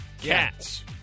Cats